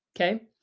okay